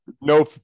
No